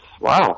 wow